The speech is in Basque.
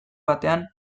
batean